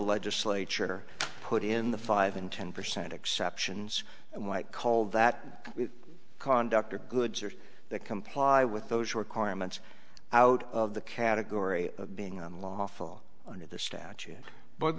legislature put in the five and ten percent exceptions and white call that we conduct or goods or that comply with those requirements out of the category of being on lawful under the statute